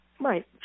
Right